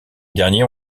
derniers